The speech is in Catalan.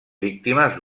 víctimes